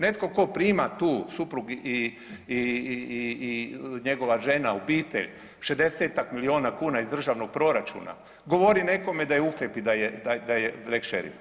Netko tko prima tu suprug i njegova žena, obitelj 60-tak milijuna kuna iz državnog proračuna govori nekome da je uhljeb i da se lex šerif.